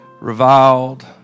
reviled